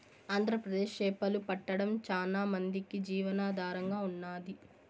ఆంధ్రప్రదేశ్ చేపలు పట్టడం చానా మందికి జీవనాధారంగా ఉన్నాది